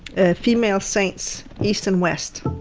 ah female saints east and west.